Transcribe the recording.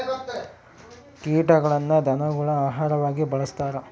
ಕೀಟಗಳನ್ನ ಧನಗುಳ ಆಹಾರವಾಗಿ ಬಳಸ್ತಾರ